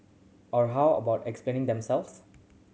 or how about explaining themselves